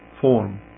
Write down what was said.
form